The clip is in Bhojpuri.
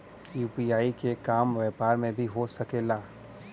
यू.पी.आई के काम व्यापार में भी हो सके ला?